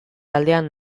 aldean